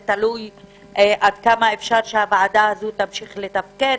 זה תלוי עד כמה אפשר שהוועדה הזו תמשיך לתפקד.